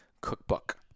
cookbook